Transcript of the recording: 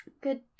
good